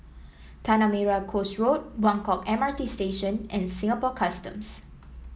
Tanah Merah Coast Road Buangkok M R T Station and Singapore Customs